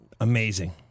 Amazing